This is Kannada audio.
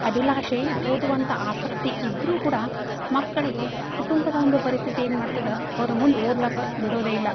ಅಭಿಲಾಷೆ ಓದುವಂಥ ಆಸಕ್ತಿ ಇದ್ರೂ ಕೂಡ ಮಕ್ಕಳಿಗೆ ಕುಟುಂಬದ ಒಂದು ಪರಿಸ್ಥಿತಿ ಏನು ಮಾಡ್ತದೆ ಅವ್ರು ಮುಂದೆ ಓದ್ಲಿಕ್ಕೆ ಬಿಡೋದೆ ಇಲ್ಲ